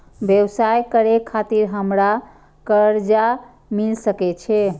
व्यवसाय करे खातिर हमरा कर्जा मिल सके छे?